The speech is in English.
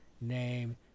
name